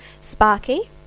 Sparky